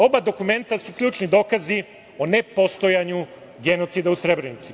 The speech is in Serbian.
Oba dokumenta su ključni dokazi o nepostojanju genocida u Srebrenici.